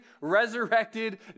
resurrected